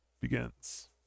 begins